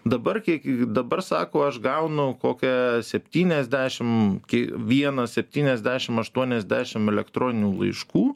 dabar kiek dabar sako aš gaunu kokią septyniasdešimt kie vienas septyniasdešimt aštuoniasdešimt elektroninių laiškų